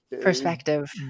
perspective